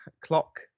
clock